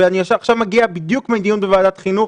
אני מגיע עכשיו בדיוק מדיון בוועדת החינוך